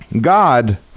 God